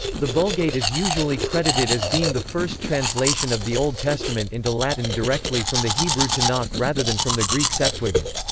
the vulgate is usually credited as being the first translation of the old testament into latin directly from the hebrew tanakh rather than from the greek septuagint.